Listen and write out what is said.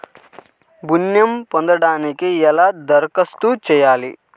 ఋణం పొందటానికి ఎలా దరఖాస్తు చేయాలి?